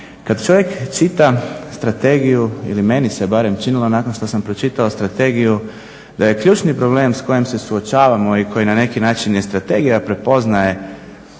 Kad čovjek čita strategiju, ili meni se barem činilo nakon što sam pročitao strategiju da je ključni problem s kojim se suočavamo i koji na neki način i strategija prepoznaje